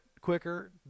quicker